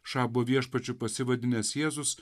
šabo viešpačiu pasivadinęs jėzus